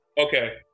Okay